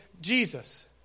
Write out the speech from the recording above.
Jesus